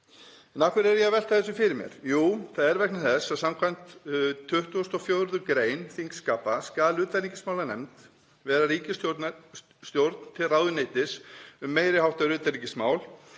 En af hverju er ég að velta þessu fyrir mér? Jú, það er vegna þess að skv. 24. gr. þingskapa skal utanríkismálanefnd vera ríkisstjórn til ráðuneytis um meiri háttar utanríkismál,